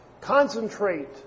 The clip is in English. Concentrate